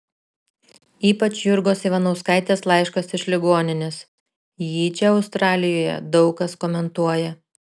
ypač jurgos ivanauskaitės laiškas iš ligoninės jį čia australijoje daug kas komentuoja